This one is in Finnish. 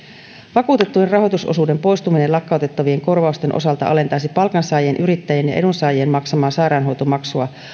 vakuutettujen rahoitusosuuden poistuminen lakkautettavien korvausten osalta alentaisi palkansaajien yrittäjien ja edunsaajien maksamaa sairaanhoitomaksua